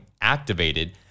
activated